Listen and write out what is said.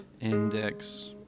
index